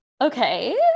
Okay